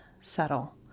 settle